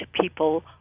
people